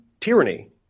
tyranny